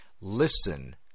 Listen